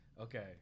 okay